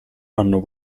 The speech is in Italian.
hanno